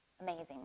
Amazing